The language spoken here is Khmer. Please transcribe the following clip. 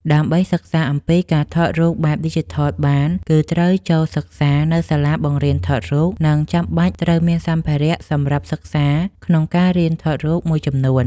ដើម្បីសិក្សាអំពីការថតរូបបែបឌីជីថលបាន គឺត្រូវចូលសិក្សានៅសាលាបង្រៀនថតរូប និងចាំបាច់ត្រូវមានសម្ភារ:សម្រាប់សិក្សាក្នុងការរៀនថតរូបមួយចំនួន។